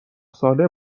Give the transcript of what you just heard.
ساله